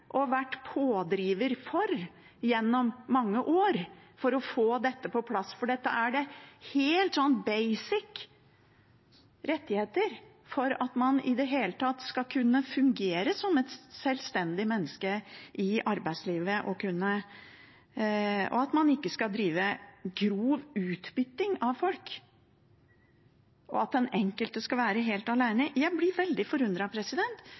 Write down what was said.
og vært pådriver gjennom mange år for å få på plass. Dette er helt basic rettigheter for at man i det hele tatt skal kunne fungere som et selvstendig menneske i arbeidslivet, for at man ikke skal drive grov utnytting av folk, og for at den enkelte ikke skal være helt alene. Jeg blir veldig